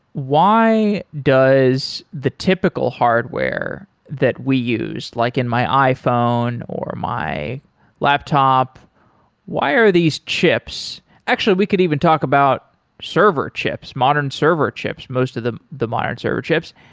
why does the typical hardware that we use, like in my iphone or my laptop wire. why are these chips actually, we could even talk about server chips, modern server chips, most of the the modern server chips.